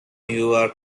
you’re